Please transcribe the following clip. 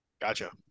Gotcha